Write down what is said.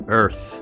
earth